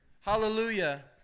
hallelujah